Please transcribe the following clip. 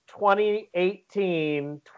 2018